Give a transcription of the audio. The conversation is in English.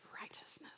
righteousness